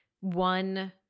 one